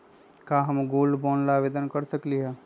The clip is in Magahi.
का हम गोल्ड बॉन्ड ला आवेदन कर सकली ह?